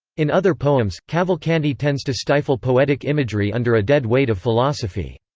in other poems, cavalcanti tends to stifle poetic imagery under a dead weight of philosophy.